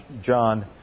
John